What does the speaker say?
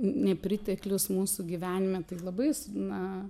nepriteklius mūsų gyvenime tai labais na